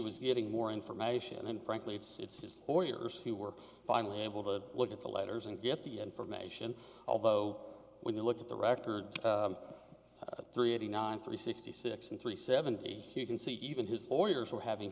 was getting more information and frankly it's just four years who were finally able to look at the letters and get the information although when you look at the records of three eighty nine three sixty six and three seventy two you can see even his lawyers were having